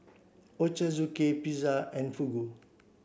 Ochazuke Pizza and Fugu